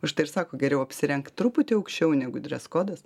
už tai ir sako geriau apsirenk truputį aukščiau negu dres kodas